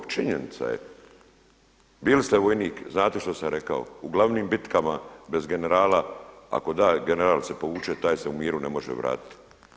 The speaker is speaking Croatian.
Činjenica je, bili ste vojnik znate što sam rekao u glavnim bitkama bez generala, ako … general se povuče taj se u miru ne može vratiti.